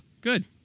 good